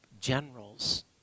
generals